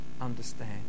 understand